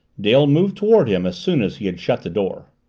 dale moved toward him as soon as he had shut the door.